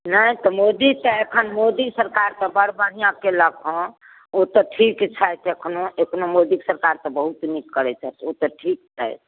नहि तऽ मोदी तऽ एखन मोदी सरकार तऽ बड़ बढ़िआँ कयलक हँ ओ तऽ ठीक छथि एखनो एखनो मोदी सरकार तऽ बहुत नीक करैत छथि ओ तऽ ठीक छथि